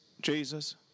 Jesus